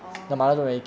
orh